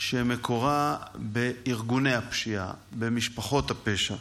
שמקורה בארגוני הפשיעה, במשפחות הפשע,